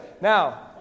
Now